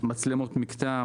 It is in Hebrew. מצלמות מקטע,